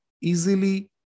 easily